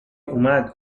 اومد